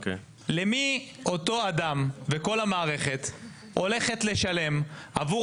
למי אותו אדם וכל המערכת הולכת לשלם עבור